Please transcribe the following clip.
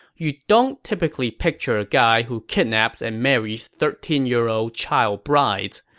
you don't typically picture a guy who kidnaps and marries thirteen year old child brides,